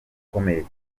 ukomeye